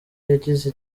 yagize